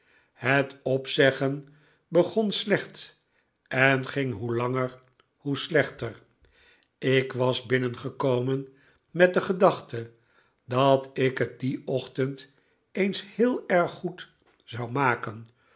het opzeggen begon slecht en ging hoe langer hoe slechter ik was binnengekomen met de gedachte dat ik het dien ochtend eens heel erg goed zou maken